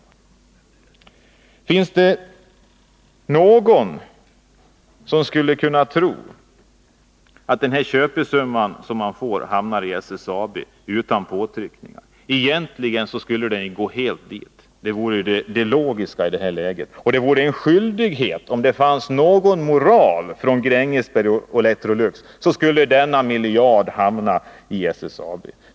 Men finns det någon som skulle kunna tro att köpesumman hamnar i SSAB utan påtryckning? Egentligen skulle hela beloppet ingå i SSAB. Det vore logiskt i detta läge. Om det fanns någon moral hos Grängesberg och Electrolux skulle denna miljard hamna i SSAB.